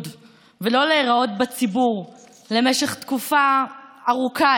ולא להיראות בציבור למשך תקופה ארוכה,